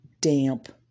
damp